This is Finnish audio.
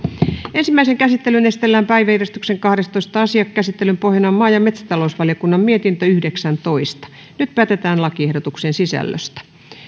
ensimmäiseen käsittelyyn esitellään päiväjärjestyksen kahdestoista asia käsittelyn pohjana on maa ja metsätalousvaliokunnan mietintö yhdeksäntoista nyt päätetään lakiehdotuksen sisällöstä